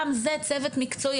גם זה צוות מקצועי,